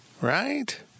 right